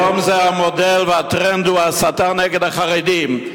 היום המודל והטרנד הוא הסתה נגד החרדים.